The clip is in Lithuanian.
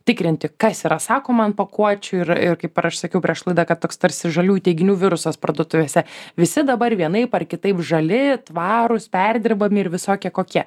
tikrinti kas yra sakoma ant pakuočių ir ir kaip aš sakiau prieš laidą kad toks tarsi žalių teiginių virusas parduotuvėse visi dabar vienaip ar kitaip žali tvarūs perdirbami ir visokie kokie